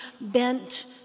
bent